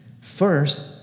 First